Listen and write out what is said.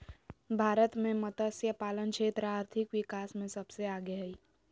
भारत मे मतस्यपालन क्षेत्र आर्थिक विकास मे सबसे आगे हइ